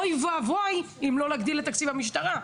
אוי ואבוי אם לא נגדיל את תקציב המשטרה,